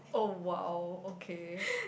oh !wow! okay